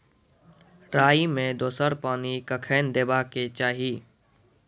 राई मे दोसर पानी कखेन देबा के चाहि?